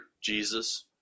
Jesus